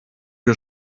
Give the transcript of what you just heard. wir